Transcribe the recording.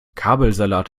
kabelsalat